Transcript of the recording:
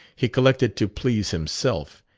he collected to please himself.